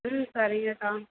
ம் சரிங்கக்கா